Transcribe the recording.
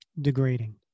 degrading